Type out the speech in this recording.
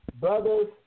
Brothers